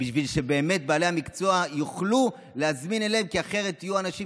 בשביל שבעלי המקצוע יוכלו להזמין אליהם כי אחרת יהיו אנשים